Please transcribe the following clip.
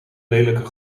lelijke